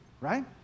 right